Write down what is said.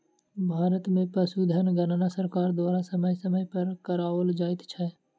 भारत मे पशुधन गणना सरकार द्वारा समय समय पर कराओल जाइत छै